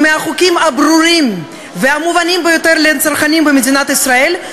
שהוא מהחוקים הברורים והמובנים ביותר לצרכנים במדינת ישראל,